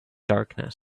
darkness